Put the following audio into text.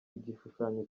igishushanyo